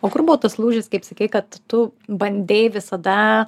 o kur buvo tas lūžis kaip sakei kad tu bandei visada